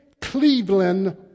Cleveland